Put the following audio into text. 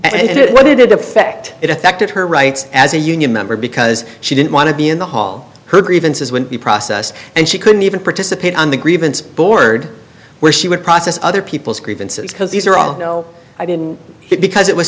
it didn't affect it affected her rights as a union member because she didn't want to be in the hall her grievances with the process and she couldn't even participate on the grievance board where she would process other people's grievances because these are all no i didn't because it was